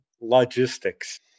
logistics